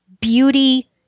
beauty